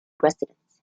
residence